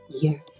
Year